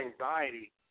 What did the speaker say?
anxiety